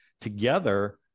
together